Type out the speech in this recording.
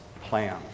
plan